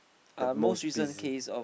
the most busy